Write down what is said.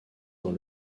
dans